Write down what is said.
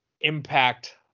impact